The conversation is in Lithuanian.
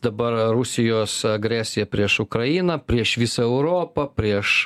dabar rusijos agresija prieš ukrainą prieš visą europą prieš